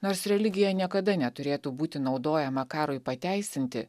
nors religija niekada neturėtų būti naudojama karui pateisinti